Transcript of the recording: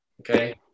Okay